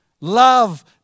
Love